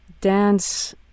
dance